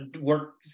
work